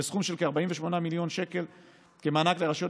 וסכום של כ-48 מיליון שקל כמענק לרשויות